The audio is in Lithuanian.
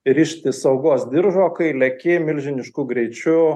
rišti saugos diržo kai leki milžinišku greičiu